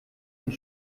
und